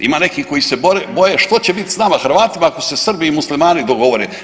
Ima neki koji se boje što će biti s nama Hrvatima ako se Srbi i Muslimane dogovore.